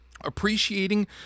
Appreciating